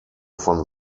von